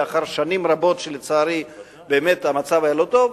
לאחר שנים רבות שלצערי באמת המצב היה לא טוב.